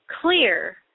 clear